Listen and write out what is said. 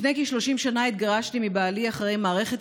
לפני כ-30 שנה התגרשתי מבעלי אחרי מערכת